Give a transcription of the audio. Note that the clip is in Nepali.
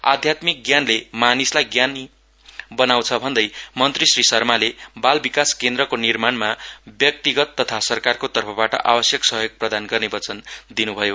आध्यात्मिक ज्ञानले मानिसहरूलाई ज्ञानी बनाउँदछ भन्दै मन्त्री श्री शर्माले बाल विकास केन्द्रको निर्माणमा व्यक्तिगत तथा सरकारको पक्षबाट सहयोग प्रदान गर्ने बचन दिनुभयो